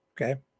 Okay